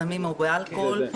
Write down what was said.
בסמים ובאלכוהול.